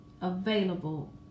available